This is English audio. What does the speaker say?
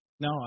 No